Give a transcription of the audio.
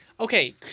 Okay